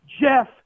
Jeff